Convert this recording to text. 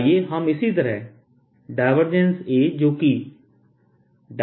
आइए हम इसी तरह A जो कि jrका डायवर्जेंस है भी शून्य है